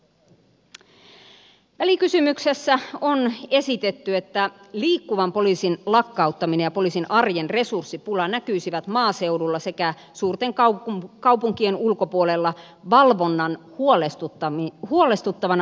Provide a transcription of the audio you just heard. välikysymyksessä on esitetty että liikkuvan poliisin lakkauttaminen ja poliisin arjen resurssipula näkyisivät maaseudulla sekä suurten kaupunkien ulkopuolella valvonnan huolestuttavana vähentymisenä